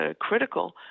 critical